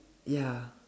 ya